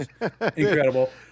incredible